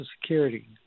Security